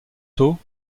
tôt